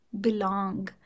belong